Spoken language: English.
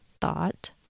thought